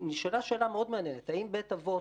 ונשאלה שאלה מאוד מעניינת: האם בית אבות,